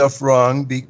wrong